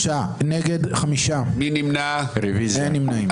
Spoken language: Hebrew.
שלושה בעד, חמישה נגד, אין נמנעים.